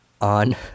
on